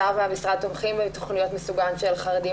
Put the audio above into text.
השר והמשרד תומכים בתכניות מסוגן של חרדים